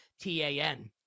T-A-N